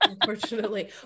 Unfortunately